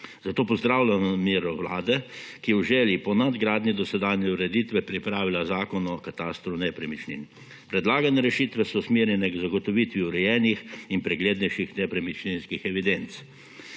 Zato pozdravljam namero Vlade, ki v želji po nadgradnji dosedanje ureditve pripravlja zakon o katastru nepremičnin. Predlagane rešitve so usmerjene k zagotovitvi urejenih in preglednejših nepremičninskih evidenc.